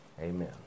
Amen